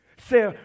Say